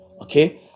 okay